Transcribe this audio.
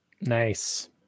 Nice